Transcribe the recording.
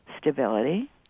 stability